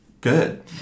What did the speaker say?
good